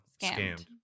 scammed